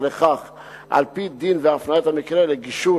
לכך על-פי דין והפניית המקרה לגישור